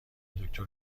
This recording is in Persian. دکتر